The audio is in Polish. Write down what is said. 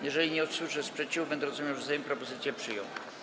Jeżeli nie usłyszę sprzeciwu, będę rozumiał, że Sejm propozycje przyjął.